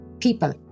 people